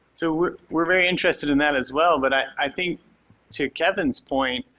so we're very interested in that as well. but i think to kevin's point,